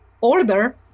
order